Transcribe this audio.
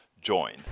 join